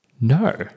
No